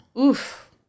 Oof